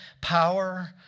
power